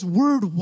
word